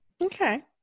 Okay